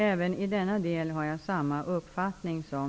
Även i denna del har jag samma uppfattning som